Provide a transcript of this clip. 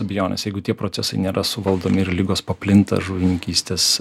abejonės jeigu tie procesai nėra suvaldomi ir ligos paplinta žuvininkystės